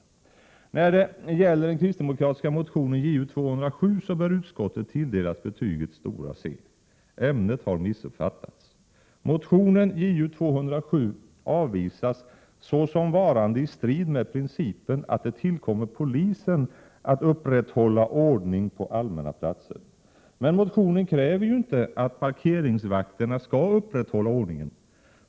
När det gäller den kristdemokratiska motionen Ju207 bör utskottet tilldelas betyget stora C. Ämnet har missuppfattats. Motionen Ju207 avvisas såsom varande i strid med principen att det tillkommer polisen att upprätthålla ordningen på allmänna platser. Men motionen kräver ju inte att parkeringsvakterna skall upprätthålla ordningen.